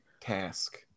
task